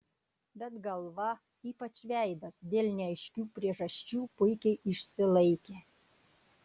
bet galva ypač veidas dėl neaiškių priežasčių puikiai išsilaikė